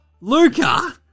Luca